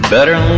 Better